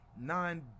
nine